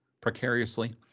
precariously